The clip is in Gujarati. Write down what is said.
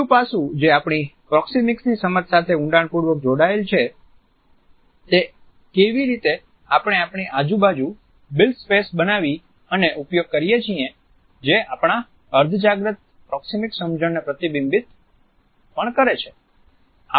બીજું પાસું જે આપણી પ્રોક્સિમીક્સની સમજ સાથે ઊંડાણપૂર્વક જોડાયેલું છે કે કેવી રીતે આપણે આપણી આજુબાજુ બિલ્ટ સ્પેસ બનાવી અને ઉપયોગ કરીએ છીએ જે આપણા અર્ધજાગ્રત પ્રોક્સિમીક્સ સમજણને પ્રતિબિંબિત પણ કરે છે